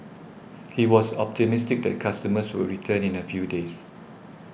he was optimistic that customers would return in a few days